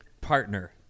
partner